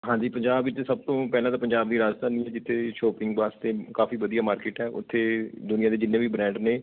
ਹਾਂਜੀ ਪੰਜਾਬ ਵਿੱਚ ਸਭ ਤੋਂ ਪਹਿਲਾਂ ਤਾਂ ਪੰਜਾਬ ਦੀ ਰਾਜਧਾਨੀ ਆ ਜਿੱਥੇ ਸ਼ੋਪਿੰਗ ਵਾਸਤੇ ਕਾਫੀ ਵਧੀਆ ਮਾਰਕੀਟ ਹੈ ਉੱਥੇ ਦੁਨੀਆ ਦੇ ਜਿੰਨੇ ਵੀ ਬ੍ਰਾਂਡ ਨੇ